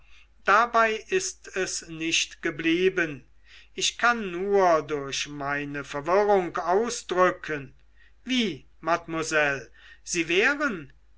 dabei ist es nicht geblieben ich kann nur durch meine verwirrung ausdrücken wie mademoiselle sie wären